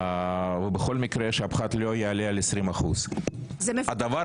ובכל מקרה שהפחת לא יעלה על 20%. מכשירי